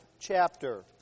chapter